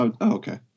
okay